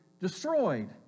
destroyed